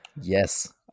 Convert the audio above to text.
Yes